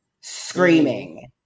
screaming